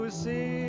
see